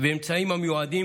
ואמצעים המיועדים,